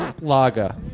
Lager